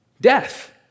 Death